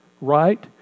Right